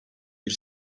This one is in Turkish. bir